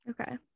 Okay